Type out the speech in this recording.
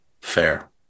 Fair